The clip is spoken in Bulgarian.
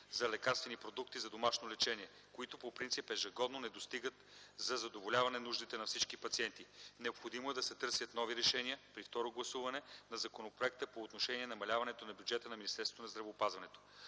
за лекарствени продукти за домашно лечение, които по принцип ежегодно не достигат за задоволяване нуждите на всички пациенти. Необходимо е да се търсят нови решения при второ гласуване на законопроекта по отношение намаляването на бюджета на Министерството на здравеопазването.